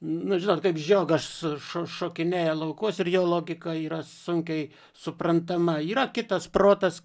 nu žinot kaip žiogas šo šokinėja laukus ir jo logika yra sunkiai suprantama yra kitas protas